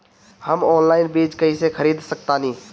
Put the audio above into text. हम ऑनलाइन बीज कईसे खरीद सकतानी?